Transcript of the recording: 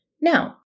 Now